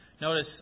Notice